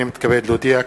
הנני מתכבד להודיע,